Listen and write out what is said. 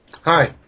Hi